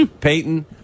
Peyton